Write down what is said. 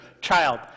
child